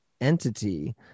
entity